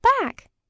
back